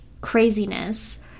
craziness